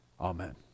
Amen